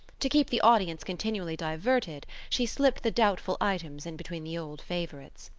to keep the audience continually diverted she slipped the doubtful items in between the old favourites.